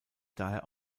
daher